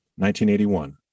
1981